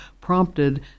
prompted